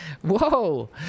whoa